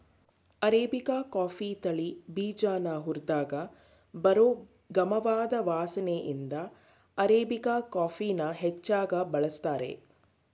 arabica coffee ತಳಿ ಬೀಜನ ಹುರ್ದಾಗ ಬರೋ ಗಮವಾದ್ ವಾಸ್ನೆಇಂದ ಅರಾಬಿಕಾ ಕಾಫಿನ ಹೆಚ್ಚಾಗ್ ಬಳಸ್ತಾರೆ